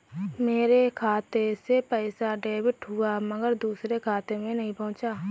मेरे खाते से पैसा डेबिट हुआ मगर दूसरे खाते में नहीं पंहुचा